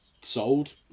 sold